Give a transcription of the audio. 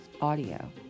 audio